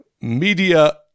media